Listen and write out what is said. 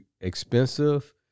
expensive